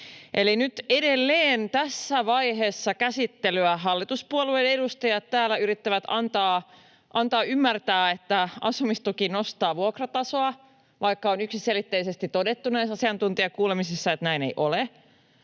Eli nyt edelleen tässä vaiheessa käsittelyä hallituspuolueiden edustajat täällä yrittävät antaa ymmärtää, että asumistuki nostaa vuokratasoa, vaikka on yksiselitteisesti todettu näissä asiantuntijakuulemisissa, että näin ei ole.